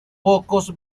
pocos